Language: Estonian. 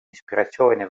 inspiratsiooni